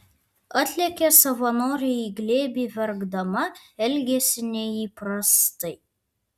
atlėkė savanorei į glėbį verkdama elgėsi neįprastai